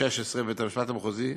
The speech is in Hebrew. באוקטובר 2016 בבית-המשפט המחוזי בלוד.